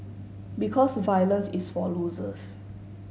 because violence is for losers